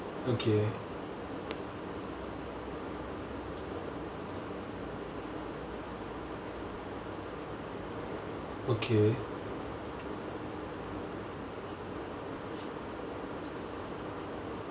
<Z